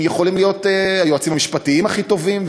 הם יכולים להיות היועצים המשפטיים הכי טובים,